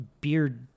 beard